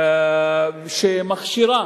שמכשירה